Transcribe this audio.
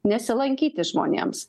nesilankyti žmonėms